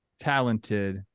talented